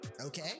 Okay